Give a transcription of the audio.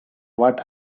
what